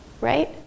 right